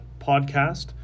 podcast